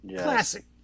Classic